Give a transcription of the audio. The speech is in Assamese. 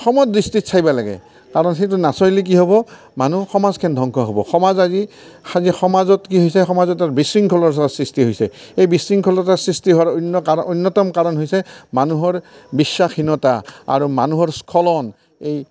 সম দৃষ্টিত চাব লাগে কাৰণ সেইটো নাচালে কি হ'ব মানুহ সমাজখন ধ্বংস হ'ব সমাজ সমাজত কি হৈছে সমাজত বিশৃংখল সৃষ্টি হৈছে এই বিশৃংখলতাৰ সৃষ্টি হোৱাৰ অন্যতম কাৰ অন্যতম কাৰণ হৈছে মানুহৰ বিশ্বাসহীনতা আৰু মানুহৰ স্খলন এই